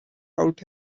out